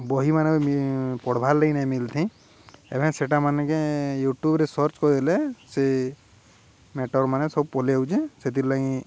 ବହି ମାନ ବି ପଢ଼ବାର୍ ଲାଗି ନାଇଁ ମିଲଥି ଏବେ ସେଇଟା ମାନେକେ ୟୁଟ୍ୟୁବରେ ସର୍ଚ୍ଚ କରିଦେଲେ ସେ ମେଟର ମାନେ ସବୁ ପଳେଆସୁଛେ ସେଥିର୍ ଲାଗି